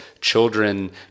children